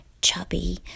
chubby